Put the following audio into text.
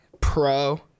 pro